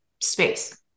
space